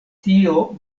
tio